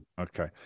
Okay